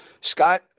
Scott